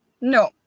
No